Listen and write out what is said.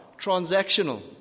transactional